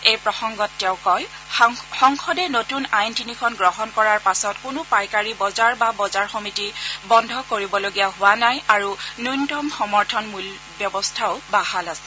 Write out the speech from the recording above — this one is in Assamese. এই প্ৰসংগত তেওঁ সংসদে নতুন আইন তিনিখন গ্ৰহণ কৰাৰ পাছত কোনো পাইকাৰী বজাৰ বা বজাৰ সমিটি বন্ধ কৰিবলগীয়া হোৱা নাই আৰু ন্যূনতম সমৰ্থন মূল্য ব্যৱস্থাও বাহাল আছে